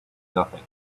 nothing